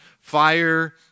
Fire